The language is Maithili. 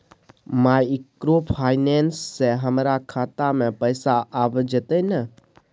माइक्रोफाइनेंस से हमारा खाता में पैसा आबय जेतै न?